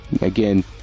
Again